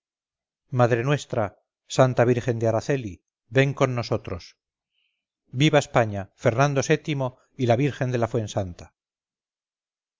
madre nuestra santa virgen de araceli ven con nosotros viva españa fernando vii y la virgen de la